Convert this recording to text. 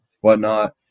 whatnot